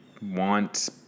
want